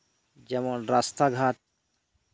ᱡᱮᱢᱚᱱ ᱨᱟᱥᱛᱟᱜᱷᱟᱴ